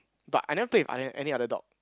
but I never play with any other dog